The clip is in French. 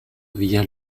via